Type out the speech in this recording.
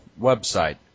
website